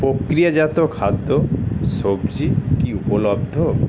প্রক্রিয়াজাত খাদ্য সবজি কি উপলব্ধ